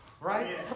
right